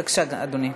בבקשה, אדוני.